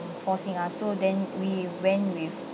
forcing us so then we went with